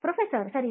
ಪ್ರೊಫೆಸರ್ಸರಿ